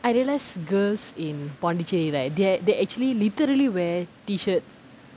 I realise girls in Pondicherry right thei~ they actually literally wear T-shirt